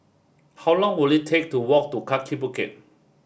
how long will it take to walk to Kaki Bukit